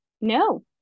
No